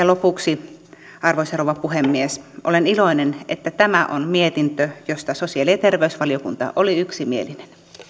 lopuksi arvoisa rouva puhemies olen iloinen että tämä on mietintö josta sosiaali ja terveysvaliokunta oli yksimielinen